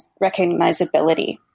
recognizability